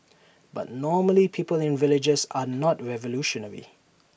but normally people in villages are not revolutionary